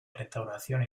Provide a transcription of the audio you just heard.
restauración